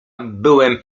byłem